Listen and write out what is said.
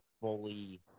fully